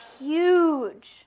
huge